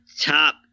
top